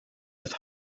with